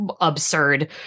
absurd